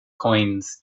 coins